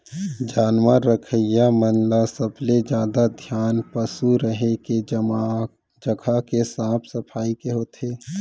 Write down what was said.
जानवर रखइया मन ल सबले जादा धियान पसु रहें के जघा के साफ सफई के होथे